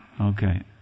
Okay